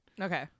Okay